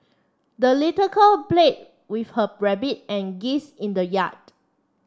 the little girl played with her rabbit and geese in the yard